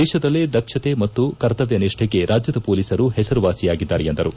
ದೇಶದಲ್ಲೇ ದಕ್ಷತೆ ಮತ್ತು ಕರ್ತವ್ಯ ನಿಷ್ಠೆಗೆ ರಾಜ್ಯದ ಪೊಲೀಸರು ಹೆಸರುವಾಸಿಯಾಗಿದ್ದಾರೆ ಎಂದರು